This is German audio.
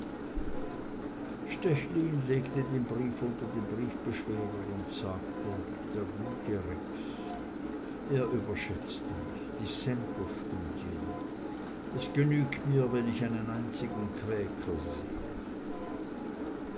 legte den brief unter den briefbeschwerer und sagte der gute rex er überschätzt mich dissenterstudien es genügt mir wenn ich einen einzigen quäker sehe